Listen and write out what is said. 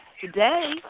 today